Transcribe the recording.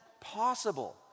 possible